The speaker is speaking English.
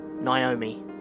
Naomi